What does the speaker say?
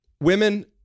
women